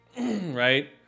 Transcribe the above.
right